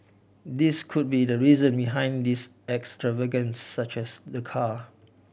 this could be the reason behind this extravagances such as the car